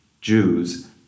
Jews